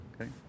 Okay